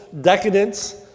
decadence